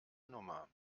nummer